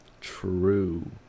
true